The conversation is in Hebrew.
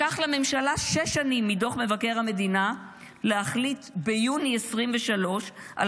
לקח לממשלה שש שנים מדוח מבקר המדינה להחליט ביוני 2023 על